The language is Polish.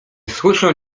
słyszę